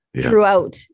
throughout